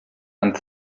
and